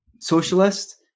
socialist